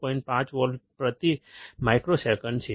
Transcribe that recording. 5 volt પ્રતિ microsecond છે